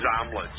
omelets